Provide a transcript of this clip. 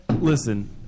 Listen